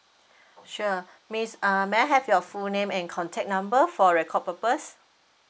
sure miss uh may I have your full name and contact number for record purpose